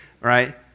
right